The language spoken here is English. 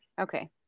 Okay